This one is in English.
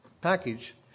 package